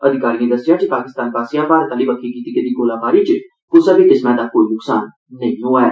अधिकारियें दस्सेया जे पाकिस्तान आसेया भारत बक्खी किती गेदी गोलीबारी च क्से बी किस्मा दा कोई नुक्सान नेई होआ ऐ